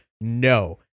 no